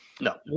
no